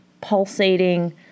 pulsating